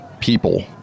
People